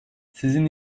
sizin